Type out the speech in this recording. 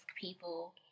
people